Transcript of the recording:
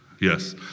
Yes